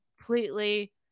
completely